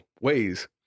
ways